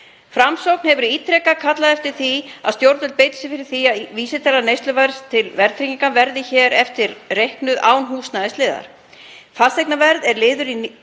Framsókn hefur ítrekað kallað eftir því að stjórnvöld beiti sér fyrir því að vísitala neysluverðs til verðtryggingar verði hér eftir reiknuð án húsnæðisliðar. Fasteignaverð er liður í